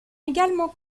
également